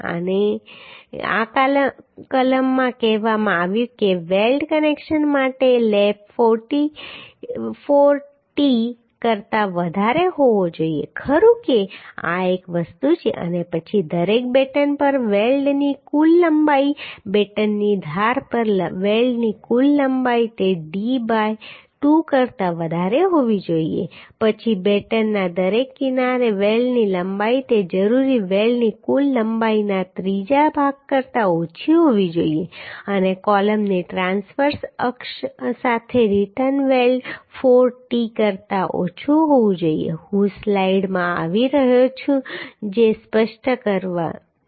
અને આ કલમમાં કહેવામાં આવ્યું છે કે વેલ્ડ કનેક્શન માટે લેપ 4t કરતા વધારે હોવો જોઈએ ખરું કે આ એક વસ્તુ છે અને પછી દરેક બેટન પર વેલ્ડની કુલ લંબાઈ બેટનની ધાર પર વેલ્ડની કુલ લંબાઈ તે D બાય 2 કરતા વધારે હોવી જોઈએ પછી બેટનના દરેક કિનારે વેલ્ડની લંબાઈ તે જરૂરી વેલ્ડની કુલ લંબાઈના ત્રીજા ભાગ કરતાં ઓછી હોવી જોઈએ અને કૉલમની ટ્રાંસવર્સ અક્ષ સાથે રીટર્ન વેલ્ડ 4t કરતાં ઓછું હોવું જોઈએ હું સ્લાઈડમાં આવી રહ્યો છું જે સ્પષ્ટ કરશે